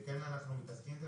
ואנחנו כן מתעסקים בזה.